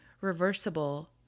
reversible